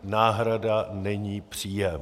Náhrada není příjem.